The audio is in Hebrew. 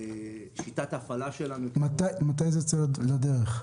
מתי זה יוצא לדרך?